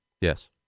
Yes